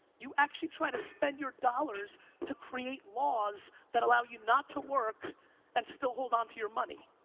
you actually try to spend your dollars to create laws that allow you not to work and still hold onto your money.